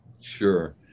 Sure